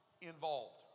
involved